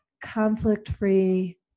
conflict-free